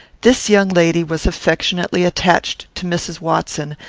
this young lady was affectionately attached to mrs. watson,